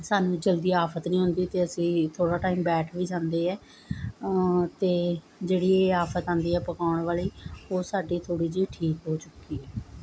ਸਾਨੂੰ ਜਲਦੀ ਆਫਤ ਨਹੀਂ ਆਉਂਦੀ ਅਤੇ ਅਸੀਂ ਥੋੜ੍ਹਾ ਟਾਈਮ ਬੈਠ ਵੀ ਜਾਂਦੇ ਹੈ ਅਤੇ ਜਿਹੜੀ ਆਫਤ ਆਉਂਦੀ ਏ ਪਕਾਉਣ ਵਾਲ਼ੀ ਉਹ ਸਾਡੀ ਥੋੜ੍ਹੀ ਜਿਹੀ ਠੀਕ ਹੋ ਚੁੱਕੀ ਹੈ